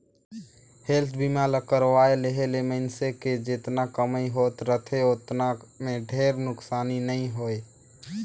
health बीमा ल करवाये लेहे ले मइनसे के जेतना कमई होत रथे ओतना मे ढेरे नुकसानी नइ होय